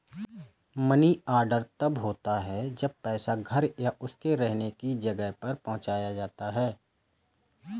money order तब होता है जब पैसा घर या उसके रहने की जगह पर पहुंचाया जाता है